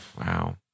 wow